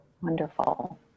Wonderful